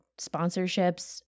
sponsorships